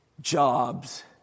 Jobs